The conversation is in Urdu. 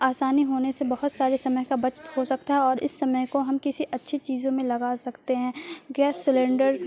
آسانی ہونے سے بہت سارے سمے کا بچت ہو سکتا ہے اور اس سمے کو ہم کسی اچھی چیزوں میں لگا سکتے ہیں گیس سلینڈر